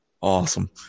Awesome